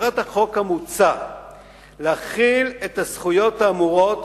מטרת החוק המוצע היא להחיל את הזכויות האמורות,